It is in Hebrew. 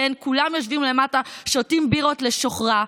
כולם יושבים למטה, שותים בירה לשוכרה.